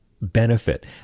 benefit